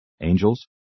angels